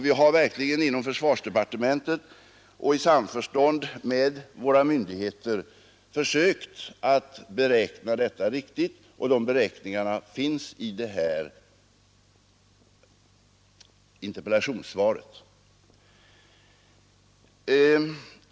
Vi har inom försvarsdepartementet och i samförstånd med våra myndigheter försökt beräkna detta riktigt, och beräkningarna finns i det här interpellationssvaret.